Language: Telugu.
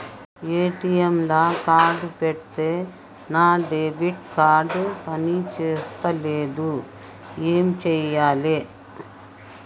ఏ.టి.ఎమ్ లా కార్డ్ పెడితే నా డెబిట్ కార్డ్ పని చేస్తలేదు ఏం చేయాలే?